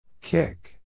Kick